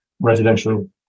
residential